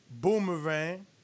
Boomerang